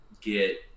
get